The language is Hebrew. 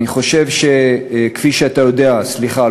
סליחה,